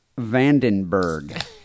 Vandenberg